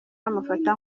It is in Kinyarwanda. bamufata